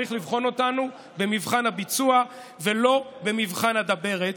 צריך לבחון אותנו במבחן הביצוע ולא במבחן הדברת.